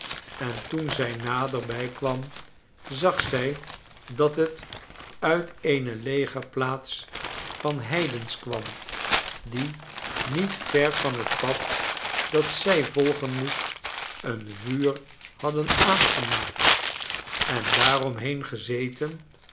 en toen zij naderbij kwam zag zij dat het uit eene legerplaats van heidens kwam die niet ver van het pad dat zij volgen moest een vuur hadden aangemaaktj en daaromheen gezeten